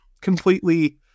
completely